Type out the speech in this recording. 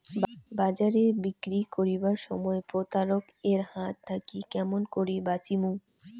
বাজারে বিক্রি করিবার সময় প্রতারক এর হাত থাকি কেমন করি বাঁচিমু?